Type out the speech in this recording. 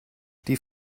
die